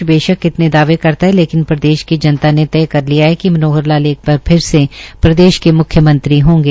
उन्होंने कहा कि विपक्ष बेशक कितने दावे करता हैैै लेकिन प्रदेश की जनता ने तय कर लिया हैैै कि मनोहर लाल एक बार फिर से प्रदेश के मुख्यमंत्री होंगे